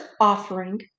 offering